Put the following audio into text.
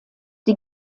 die